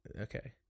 Okay